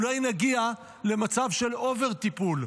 אולי נגיע למצב של אובר-טיפול.